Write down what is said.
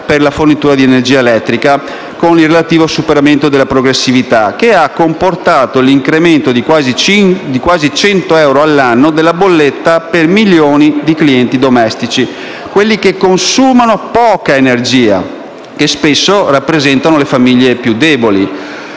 per la fornitura di energia elettrica, con il relativo superamento della progressività, che ha comportato l'incremento di quasi 100 euro all'anno della bolletta per milioni di clienti domestici, quelli che consumano poca energia e spesso rappresentano le famiglie più deboli.